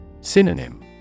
Synonym